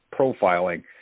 profiling